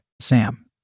Sam